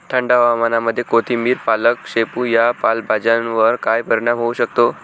थंड हवामानामध्ये कोथिंबिर, पालक, शेपू या पालेभाज्यांवर काय परिणाम होऊ शकतो?